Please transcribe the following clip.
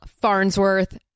Farnsworth